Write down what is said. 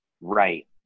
Right